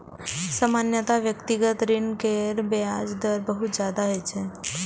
सामान्यतः व्यक्तिगत ऋण केर ब्याज दर बहुत ज्यादा होइ छै